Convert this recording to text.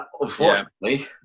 unfortunately